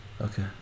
Okay